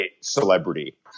celebrity